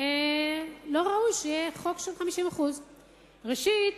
לא ראוי שיהיה חוק של 50%. ראשית,